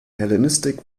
hellenistic